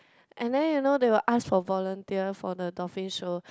and then you know they will ask for volunteer for the dolphin show